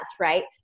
right